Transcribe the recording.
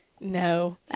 no